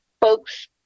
folks